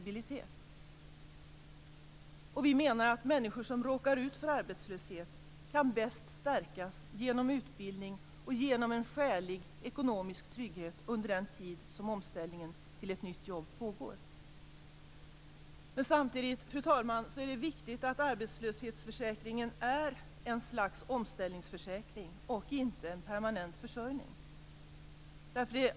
Vi menar att människor som råkar ut för arbetslöshet bäst kan stärkas genom utbildning och genom en skälig ekonomisk trygghet under den tid som omställningen till ett nytt jobb pågår. Fru talman! Samtidigt är det viktigt att arbetslöshetsförsäkringen är ett slags omställningsförsäkring och inte en permanent försörjning.